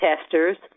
testers